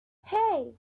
hey